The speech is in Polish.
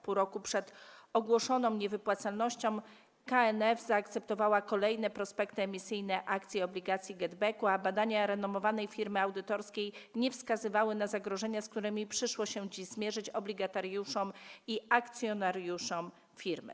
Pół roku przed ogłoszoną niewypłacalnością KNF zaakceptowała kolejne prospekty emisyjne akcji i obligacji GetBack, a badania renomowanej firmy audytorskiej nie wskazywały na zagrożenia, z którymi przyszło się dziś zmierzyć obligatariuszom i akcjonariuszom firmy.